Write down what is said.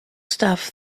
stuff